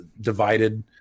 divided